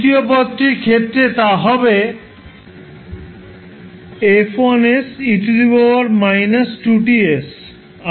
তৃতীয় পদটির ক্ষেত্রে তা হবে 𝐹1𝑠𝑒−2𝑇𝑠 আর এরকম চলতে থাকবে